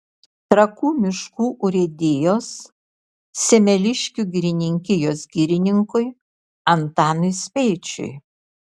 trakų miškų urėdijos semeliškių girininkijos girininkui antanui speičiui